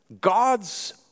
God's